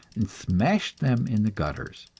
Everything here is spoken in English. and smash them in the gutters.